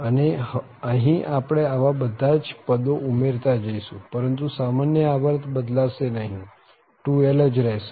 અને હવે અહીં આપણે આવા બધા જ પદો ઉમેરતા જઈશું પરંતુ સામાન્ય આવર્ત બદલાશે નહીં 2l જ રહેશે